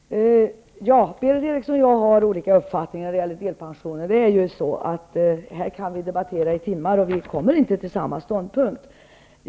Fru talman! Berith Eriksson och jag har olika uppfattningar när det gäller delpensionen. Här kan vi debattera i timmar utan att komma till samma ståndpunkt.